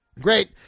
Great